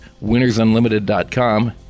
WinnersUnlimited.com